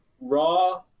raw